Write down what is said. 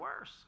worse